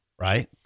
right